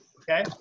Okay